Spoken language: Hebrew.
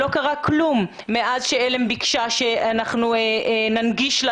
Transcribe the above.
לא קרה כלום מאז שעל"ם ביקשה שננגיש לה